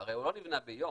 הרי הוא לא נבנה ביום,